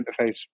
interface